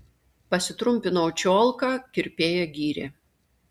pasitrumpinau čiolką kirpėja gyrė